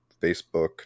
Facebook